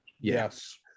Yes